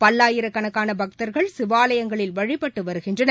பல்லாயிரக்கணக்கான பக்தர்கள் சிவாலயங்களில் வழிபட்டு வருகின்றனர்